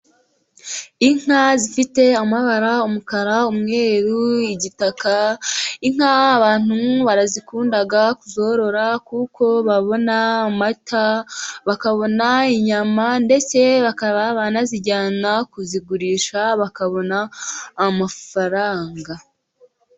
Inka zifite amabara: umukara, umweru, igitaka, inka abantu bakunda kuzorora, kuko babona amata, bakabona inyama, ndetse bakaba banazijyana kuzigurisha bakabona amafaranga.